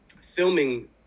filming